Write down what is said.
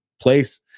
place